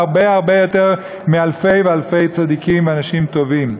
הרבה הרבה יותר מאלפי ואלפי צדיקים ואנשים טובים.